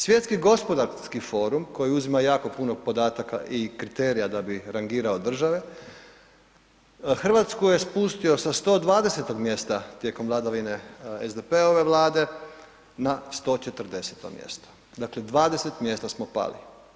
Svjetski gospodarski forum koji uzima jako puno podataka i kriterija da bi rangirao države Hrvatsku je spustio sa 120 mjesta tijekom vladavine SDP-ove vlade na 140 mjesto, dakle 20 mjesta smo pali.